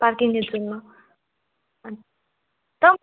পার কিমি জন্য আচ্ছা তাও